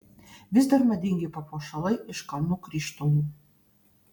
vis dar madingi papuošalai iš kalnų krištolų